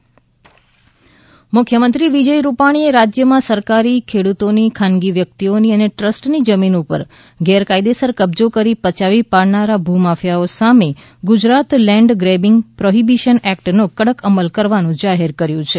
મુખ્યમંત્રી જમીન એક્ટ મુખ્યમંત્રી વિજય રૂપાણીએ રાજ્યમાં સરકારી ખેડૂતોની ખાનગી વ્યક્તિઓની અને ટ્રસ્ટની જમીન ઉપર ગેરકાયદેસર કબજો કરી પચાવી પાડનારા ભૂમાફિયા સામે ગુજરાત લેન્ડ ગ્રેબિંગ પ્રોહિબીશન એક્ટનો કડક અમલ કરવાનું જાહેર કર્યું છે